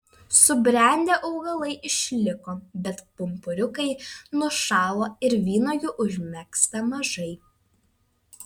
subrendę augalai išliko bet pumpuriukai nušalo ir vynuogių užmegzta mažai